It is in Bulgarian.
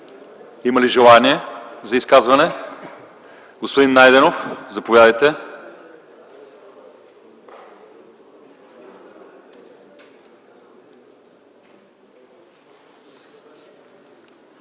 Има ли желаещи за изказвания? Господин Найденов, заповядайте.